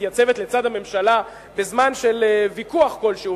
מתייצבת לצד הממשלה בזמן של ויכוח כלשהו,